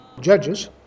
Judges